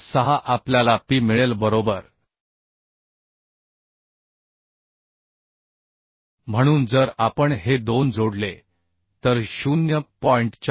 306 आपल्याला P मिळेल बरोबर म्हणून जर आपण हे दोन जोडले तर 0